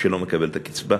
שלא מקבל את הקצבה.